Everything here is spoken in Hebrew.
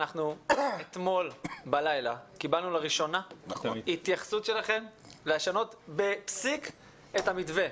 אתמול בלילה קיבלנו לראשונה התייחסות שלכם לשנות בפסיק את המתווה.